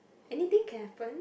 anything can happen